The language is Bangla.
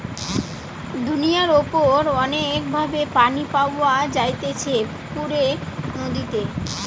দুনিয়ার উপর অনেক ভাবে পানি পাওয়া যাইতেছে পুকুরে, নদীতে